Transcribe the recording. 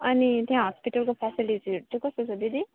अनि त्यहाँ हस्पिटलको फेसिलिटीहरू चाहिँ कस्तो छ दिदी